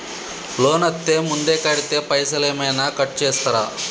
Loan అత్తే ముందే కడితే పైసలు ఏమైనా కట్ చేస్తరా?